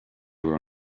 were